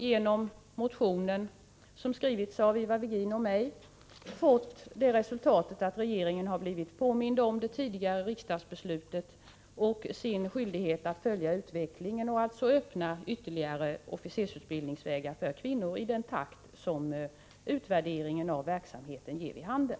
Genom motionen — som har skrivits av Ivar Virgin och mig — har regeringen blivit påmind om det tidigare riksdagsbeslutet och om sin skyldighet att följa utvecklingen samt att öppna ytterligare officersutbildningsvägar för kvinnor i den takt som utvärderingen av verksamheten ger vid handen.